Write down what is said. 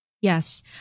Yes